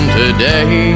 today